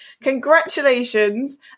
Congratulations